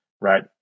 Right